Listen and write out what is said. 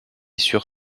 sur